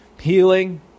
healing